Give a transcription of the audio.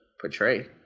portray